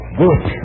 good